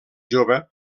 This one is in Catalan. jove